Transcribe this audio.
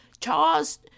Charles